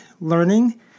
learning